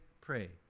pray